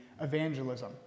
evangelism